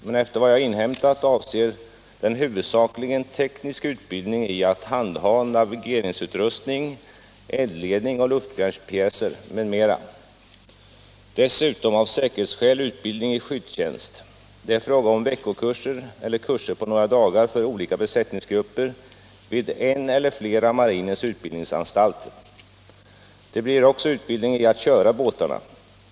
Men efter vad jag inhämtat avser den huvudsakligen teknisk utbildning i att handha navigeringsutrustning, eldledning och luftvärnspjäser m.m. och dessutom av säkerhetsskäl utbildning i skyddstjänst. Det är fråga om veckokurser eller kurser på några dagar för olika besättningsgrupper vid en eller flera av marinens utbildningsanstalter. Det blir också utbildning i att köra båtarna.